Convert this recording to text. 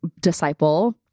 disciple